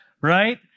right